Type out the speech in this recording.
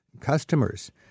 customers—